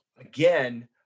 again